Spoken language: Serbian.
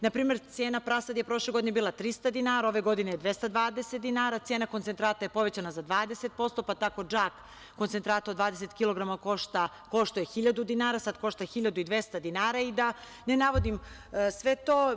Na primer, cena prasadi je prošle godine bila 300 dinara, ove godine je 220 dinara, cena koncentrata je povećana za 20%, pa tako džak koncentrata od 20 kilograma koštao je 1.000 dinara, sada košta 1.200 dinara i da ne navodim sve to.